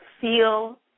feel